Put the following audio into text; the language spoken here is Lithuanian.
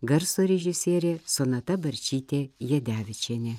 garso režisierė sonata barčytė jadevičienė